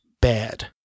bad